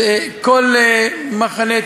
אז כל מחנה,